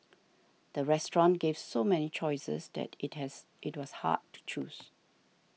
the restaurant gave so many choices that it has it was hard to choose